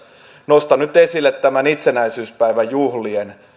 nostan nyt esille tämän itsenäisyyspäivän juhlien